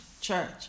church